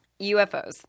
UFOs